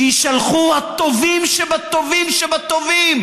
שיישלחו הטובים שבטובים שבטובים,